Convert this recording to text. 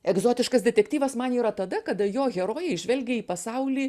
egzotiškas detektyvas man yra tada kada jo herojai žvelgia į pasaulį